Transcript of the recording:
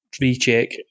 recheck